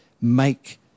make